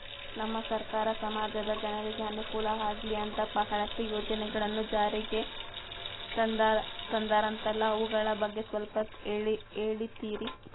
ನಮ್ಮ ಸರ್ಕಾರ ಸಮಾಜದ ಜನರಿಗೆ ಅನುಕೂಲ ಆಗ್ಲಿ ಅಂತ ಬಹಳಷ್ಟು ಯೋಜನೆಗಳನ್ನು ಜಾರಿಗೆ ತಂದರಂತಲ್ಲ ಅವುಗಳ ಬಗ್ಗೆ ಸ್ವಲ್ಪ ಹೇಳಿತೀರಾ?